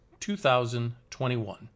2021